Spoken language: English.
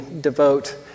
devote